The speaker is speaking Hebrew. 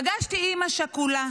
פגשתי אימא שכולה